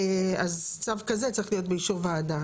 אז צו כזה צריך להיות באישור ועדה.